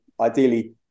ideally